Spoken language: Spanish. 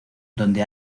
donde